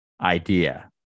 idea